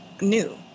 new